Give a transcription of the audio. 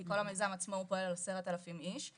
כי כל המיזם עצמו כולל 10,000 איש,